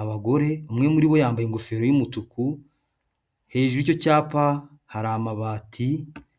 abagore, umwe muri bo yambaye ingofero y'umutuku, hejuru y'icyo cyapa hari amabati.